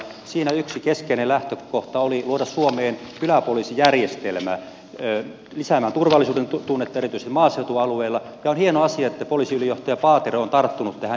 siinä yksi keskeinen lähtökohta oli luoda suomeen kyläpoliisijärjestelmä lisäämään turvallisuudentunnetta erityisesti maaseutualueella ja on hieno asia että poliisiylijohtaja paatero on tarttunut tähän ideaan